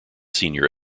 senior